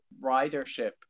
ridership